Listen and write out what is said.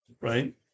right